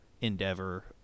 endeavor